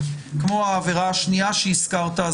כמו העבירה השנייה שהזכרת,